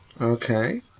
Okay